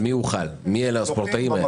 מיהם הספורטאים האלה?